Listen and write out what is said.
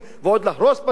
ועוד להרוס בתים,